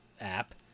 app